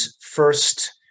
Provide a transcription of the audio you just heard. first-